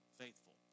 faithful